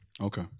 Okay